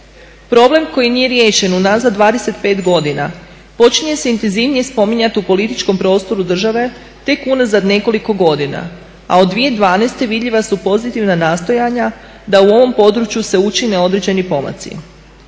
Problem koji nije riješen unazad 25 godina počinje se intenzivnije spominjati u političkom prostoru države tek unazad nekoliko godina, a od 2012. vidljiva su pozitivna nastojanja da u ovom području se učine određeni pomaci.